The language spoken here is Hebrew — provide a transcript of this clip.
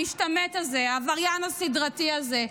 המשתמט הזה, העבריין הסדרתי הזה.